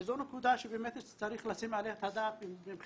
וזו נקודה שבאמת נצטרך לשים עליה את הדעת.